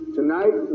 Tonight